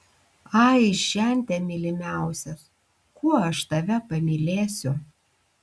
ai žente mylimiausias kuo aš tave pamylėsiu